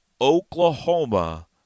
Oklahoma